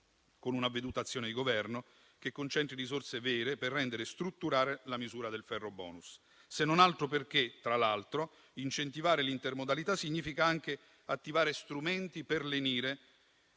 con un'avveduta azione di Governo che concentri risorse vere, per rendere strutturale la misura del ferrobonus, se non altro perché, tra l'altro, incentivare l'intermodalità significa anche attivare strumenti per lenire